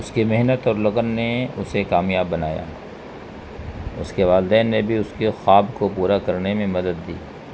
اس کی محنت اور لگن نے اسے کامیاب بنایا اس کے والدین نے بھی اس کے خواب کو پورا کرنے میں مدد دی